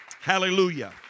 Hallelujah